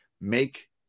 Make